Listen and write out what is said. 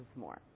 more